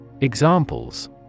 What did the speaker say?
Examples